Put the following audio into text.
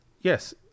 yes